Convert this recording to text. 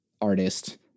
artist